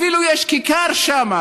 אפילו יש כיכר שם,